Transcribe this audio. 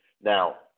Now